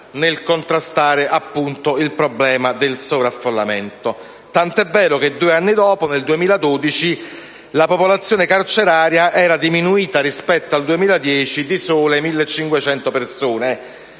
nel contrastare appunto il problema del sovraffollamento, tant'è vero che due anni dopo, nel 2012, la popolazione carceraria era diminuita, rispetto al 2010, di sole 1.500 persone,